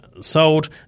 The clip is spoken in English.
sold